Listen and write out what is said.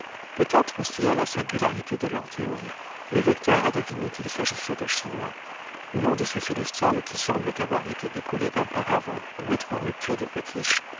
peut-être aussi à la singularité de leurs théories le lecteur a deviné qu'il s'agissait de chinois non de ces célestials qui semblent avoir été décollés d'un paravent ou être en rupture de potiche